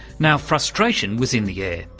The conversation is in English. now, frustration was in the air,